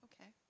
Okay